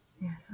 Yes